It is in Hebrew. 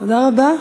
תודה רבה.